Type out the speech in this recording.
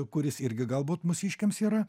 kuris irgi galbūt mūsiškiams yra